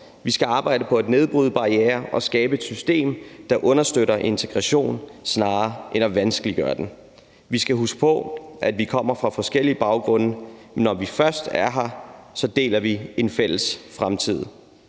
Vi skal arbejde på at nedbryde barrierer og skabe et system, der understøtter integration snarere end vanskeliggør den. Vi skal huske på, at vi kommer fra forskellige baggrunde. Når vi først er her, deler vi en fælles fremtid.